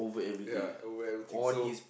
yeah over everything so